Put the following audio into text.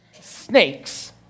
snakes